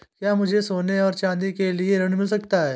क्या मुझे सोने और चाँदी के लिए ऋण मिल सकता है?